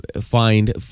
find